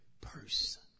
person